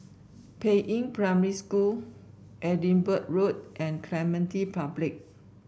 Peiying Primary School Edinburgh Road and Clementi Public